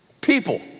People